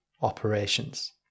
operations